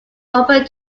open